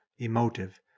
emotive